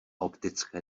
optické